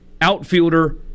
outfielder